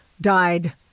died